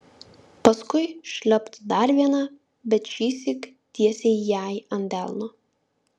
paskui šlept dar viena bet šįsyk tiesiai jai ant delno